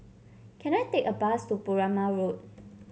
can I take a bus to Perumal Road